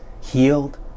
healed